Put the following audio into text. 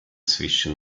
zwischen